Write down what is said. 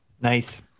Nice